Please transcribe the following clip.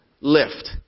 lift